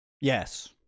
Yes